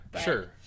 Sure